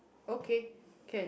okay can